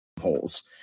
holes